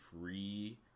free